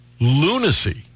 lunacy